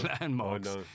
landmarks